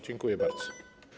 Dziękuję bardzo.